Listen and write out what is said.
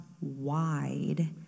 wide